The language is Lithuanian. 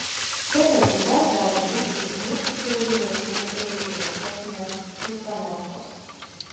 čia lietuvoj gali būti tik mūsų kiaulidės runkeliai ir raketines ustanofkos